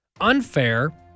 unfair